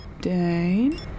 Dane